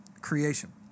creation